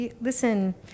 listen